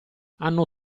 hanno